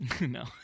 No